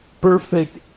perfect